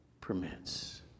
permits